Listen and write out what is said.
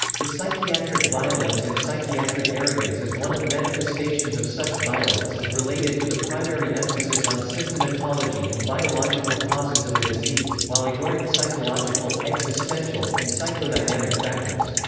the psychiatric violence and psychiatric arrogance as one of manifestations of such violence is related to the primary emphasis on symptomatology and biological causes of a disease, while ignoring psychological, existential, and psychodynamic factors.